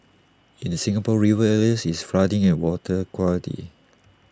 in the Singapore river areas it's flooding and water quality